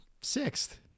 sixth